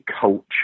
culture